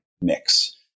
mix